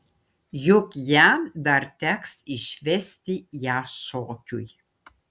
juk jam dar teks išvesti ją šokiui